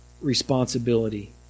responsibility